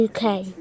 uk